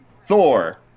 Thor